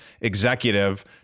executive